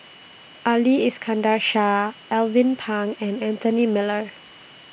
Ali Iskandar Shah Alvin Pang and Anthony Miller